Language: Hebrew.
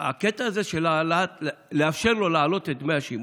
הקטע הזה של לאפשר לו להעלות את דמי השימוש,